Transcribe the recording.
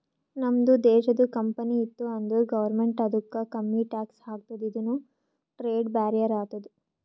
ನಮ್ದು ದೇಶದು ಕಂಪನಿ ಇತ್ತು ಅಂದುರ್ ಗೌರ್ಮೆಂಟ್ ಅದುಕ್ಕ ಕಮ್ಮಿ ಟ್ಯಾಕ್ಸ್ ಹಾಕ್ತುದ ಇದುನು ಟ್ರೇಡ್ ಬ್ಯಾರಿಯರ್ ಆತ್ತುದ